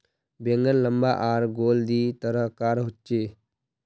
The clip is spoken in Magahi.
बैंगन लम्बा आर गोल दी तरह कार होचे